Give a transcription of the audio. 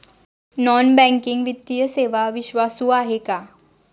Non banking वित्तीय सेवा विश्वासू आहेत का?